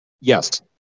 yes